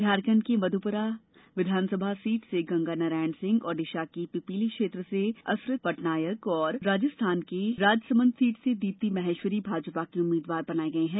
झारखंड की मधुपुरा विधानसभा सीट से गंगा नारायण सिंह ओडिशा की पिपीली क्षेत्र से असुत पटनायक और राजस्थान के राजसमंद सीट से दीप्ती माहेश्वरी भाजपा की उम्मीदवार बनाई गई हैं